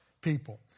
people